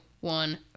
one